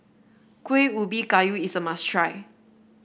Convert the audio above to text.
Kuih Ubi Kayu is a must try